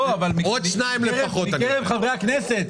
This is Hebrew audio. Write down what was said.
מקרב חברי הכנסת.